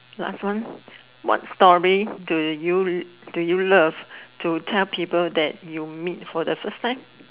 last one what story do you do you love to tell people that you meet for the first time